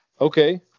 Okay